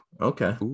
okay